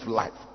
life